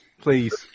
please